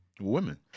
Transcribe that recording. Women